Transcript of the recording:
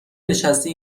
نشستی